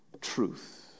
truth